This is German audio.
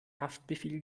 haftbefehl